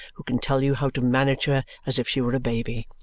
who can tell you how to manage her as if she were a baby,